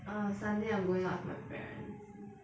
err sunday I'm going out with my parents